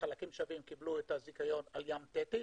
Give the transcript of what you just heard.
בחלקים שווים קיבלו את הזכיון על ים תטיס.